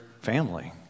family